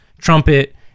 trumpet